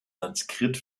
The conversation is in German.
sanskrit